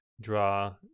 draw